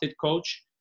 coach